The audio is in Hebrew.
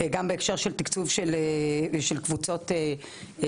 גם בהקשר של תקצוב של קבוצות מגוון,